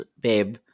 babe